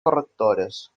correctores